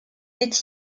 est